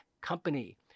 Company